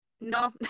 No